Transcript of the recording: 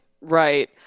Right